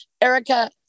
Erica